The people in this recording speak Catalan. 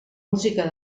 música